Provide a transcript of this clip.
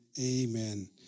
Amen